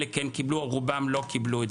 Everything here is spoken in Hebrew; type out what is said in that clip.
כאשר חלק כן קיבלו אבל רובם לא קיבלו.